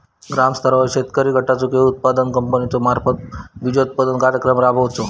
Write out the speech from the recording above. ग्रामस्तरावर शेतकरी गटाचो किंवा उत्पादक कंपन्याचो मार्फत बिजोत्पादन कार्यक्रम राबायचो?